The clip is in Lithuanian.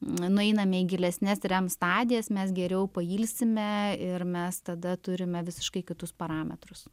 nueiname į gilesnes rem stadijas mes geriau pailsime ir mes tada turime visiškai kitus parametrus